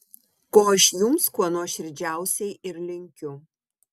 ko aš jums kuo nuoširdžiausiai ir linkiu